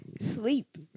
Sleep